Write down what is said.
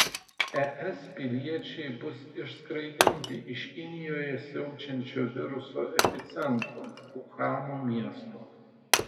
es piliečiai bus išskraidinti iš kinijoje siaučiančio viruso epicentro uhano miesto